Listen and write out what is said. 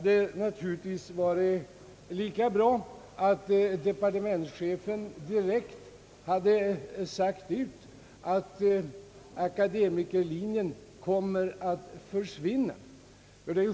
Det hade naturligtvis varit lika bra, om departementschefen direkt hade sagt ut att akademikerlinjen kommer att försvinna.